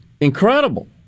incredible